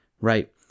right